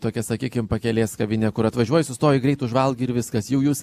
tokia sakykim pakelės kavinė kur atvažiuoji sustoji greit užvalgai ir viskas jau jūs